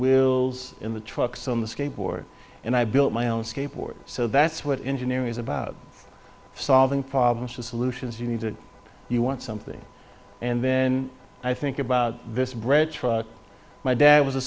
wills in the trucks on the skateboard and i built my own skateboard so that's what engineering is about solving problems with solutions you need to you want something and then i think about this bridge my dad was a